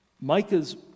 Micah's